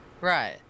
Right